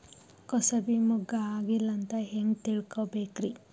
ಕೂಸಬಿ ಮುಗ್ಗ ಆಗಿಲ್ಲಾ ಅಂತ ಹೆಂಗ್ ತಿಳಕೋಬೇಕ್ರಿ?